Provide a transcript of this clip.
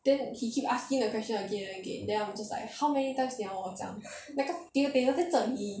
then he keep asking the question again and again then I'm just like how many times 你要我讲那个 pivot table 在这里